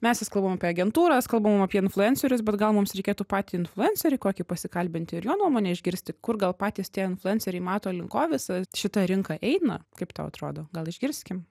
mes vis kalbam apie agentūras kalbam apie influencerius bet gal mums reikėtų patį influencerį kokį pasikalbinti ir jo nuomonę išgirsti kur gal patys tie influenceriai mato link ko visa šita rinka eina kaip tau atrodo gal išgirskim